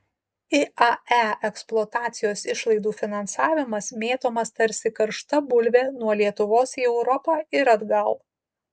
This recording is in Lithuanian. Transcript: iae eksploatacijos išlaidų finansavimas mėtomas tarsi karšta bulvė nuo lietuvos į europą ir atgal